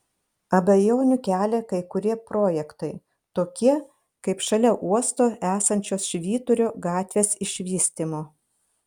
abejonių kelia kai kurie projektai tokie kaip šalia uosto esančios švyturio gatvės išvystymo